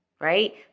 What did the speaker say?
right